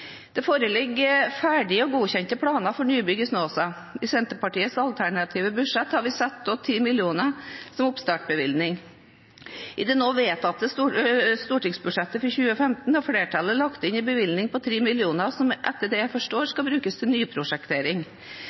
Det foreligger ferdige og godkjente planer for nybygg på Snåsa. I Senterpartiets alternative budsjett har vi satt av 10 mill. kr som oppstartbevilgning. I det nå vedtatte statsbudsjettet for 2015 har flertallet lagt inn en bevilgning på 3 mill. kr, som etter det jeg forstår, skal brukes til nyprosjektering.